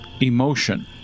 emotion